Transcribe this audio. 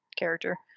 Character